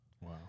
wow